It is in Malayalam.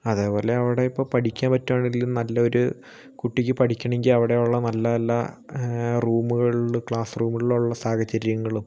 അതേപോലെ അവിടെ ഇപ്പോൾ പഠിക്കാൻ പറ്റുകയാണെങ്കിലും നല്ല ഒരു കുട്ടിക്ക് പഠിക്കണമെങ്കിൽ അവിടെ ഉള്ള നല്ല നല്ല റൂമുകളിലും ക്ലാസ്സ് റൂമുകൾ ഉള്ള സാഹചര്യങ്ങളും